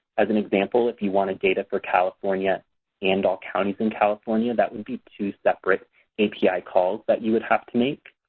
as an example, if you wanted data for california and all counties in california, that would be two separate api calls that you would have to make.